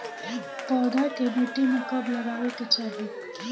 पौधा के मिट्टी में कब लगावे के चाहि?